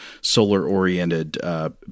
solar-oriented